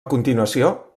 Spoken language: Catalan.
continuació